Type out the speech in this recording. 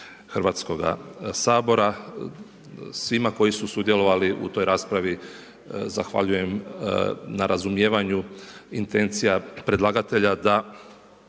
Hrvatskoga sabora. Svima koji su sudjelovali u toj raspravi zahvaljujem na razumijevanju. Intencija predlagatelja je